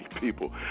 people